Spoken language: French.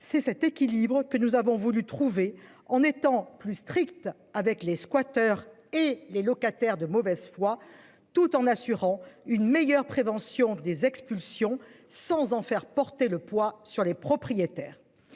C'est cet équilibre que nous avons voulu trouver on étant plus strictes avec les squatteurs et les locataires de mauvaise foi. Tout en assurant une meilleure prévention des expulsions, sans en faire porter le poids sur les propriétaires.